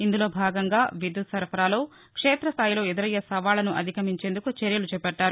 ఇందులో భాగంగా విద్యుత్ సరఫరాలో క్షేతస్థాయిలో ఎదురయ్యే సవాళ్ళను అధిగమించేందుకు చర్యలు చేపట్దారు